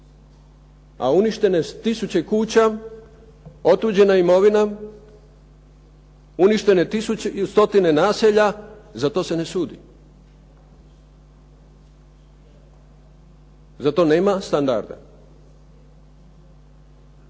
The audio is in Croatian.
a uništene su tisuće kuća, otuđena imovina, uništene stotine naselja za to se ne sudi. Za to nema standarda.